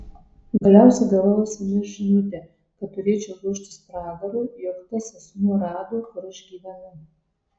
galiausiai gavau sms žinutę kad turėčiau ruoštis pragarui jog tas asmuo rado kur aš gyvenu